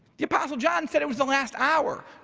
the apostle john said it was the last hour.